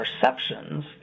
perceptions